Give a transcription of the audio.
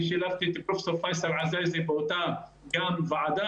שילבתי את פרופ' פייסל עזאיזה באותה ועדה